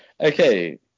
Okay